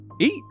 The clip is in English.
eat